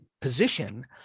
position